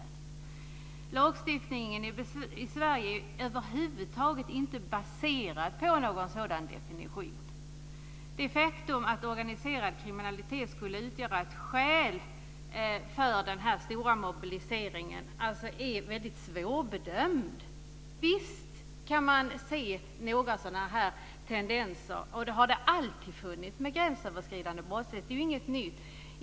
Lagstiftningen i Sverige är inte baserad på någon sådan definition. Frågan om organiserad kriminalitet skulle utgöra ett skäl för en så stor mobilisering är väldigt svårbedömd. Visst kan man se sådana här tendenser, och det har alltid funnits en gränsöverskridande brottslighet. Det är inget nytt.